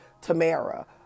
Tamara